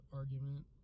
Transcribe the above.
argument